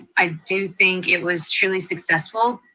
i do think it was truly successful.